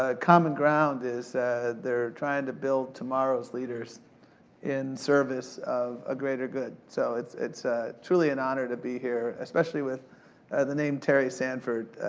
ah common ground is they're trying to build tomorrow's leaders in service of a greater good. so, it's it's ah truly an honor to be here, especially with the name terry sanford.